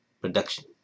production